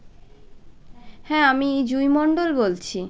হ্যাঁ আমি জুঁই মন্ডল বলছি